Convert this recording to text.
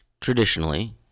traditionally